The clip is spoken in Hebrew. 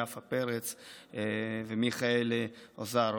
יפה פרץ ומיכאל אוזרוב,